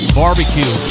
barbecue